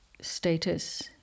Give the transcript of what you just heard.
status